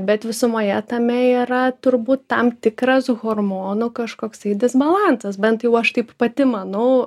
bet visumoje tame yra turbūt tam tikras hormonų kažkoksai disbalansas bent jau aš taip pati manau